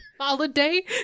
Holiday